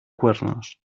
cuernos